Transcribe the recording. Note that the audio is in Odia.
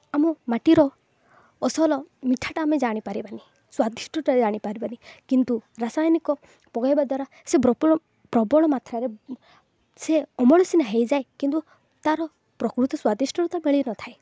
ଆମ ମାଟିର ଅସଲ ମିଠାଟା ଆମେ ଜାଣିପାରିବାନି ସ୍ଵାଦିଷ୍ଟଟା ଜାଣିପାରିବାନି କିନ୍ତୁ ରାସାୟନିକ ପକାଇବା ଦ୍ୱାରା ସେ ପ୍ରବଳ ମାତ୍ରାରେ ସେ ଅମଳ ସିନା ହୋଇଯାଏ କିନ୍ତୁ ତା'ର ପ୍ରକୃତ ସ୍ଵାଦିଷ୍ଟରୁ ତ ମିଳିନଥାଏ